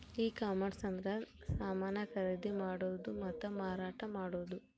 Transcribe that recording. e commerce ಅಂದ್ರೆ ಸಮಾನ ಖರೀದಿ ಮಾಡೋದು ಮತ್ತ ಮಾರಾಟ ಮಾಡೋದು